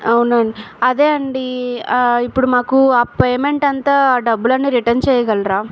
అవునా అదే అండి ఇప్పుడు మాకు ఆ పేమెంట్ అంతా డబ్బులు అన్ని రిటర్న్ చేయగలరా